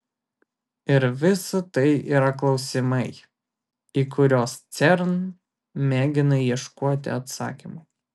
ir visa tai yra klausimai į kuriuos cern mėgina ieškoti atsakymų